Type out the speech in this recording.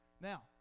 Now